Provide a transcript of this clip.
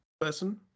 person